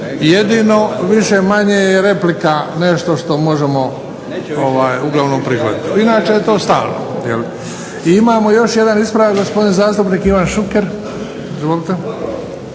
jedino više-manje je replika nešto što možemo uglavnom prihvatiti. Inače je to stalno. I imamo još jedan ispravak gospodin zastupnik Ivan Šuker.